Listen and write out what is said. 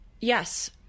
Yes